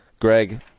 Greg